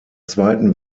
zweiten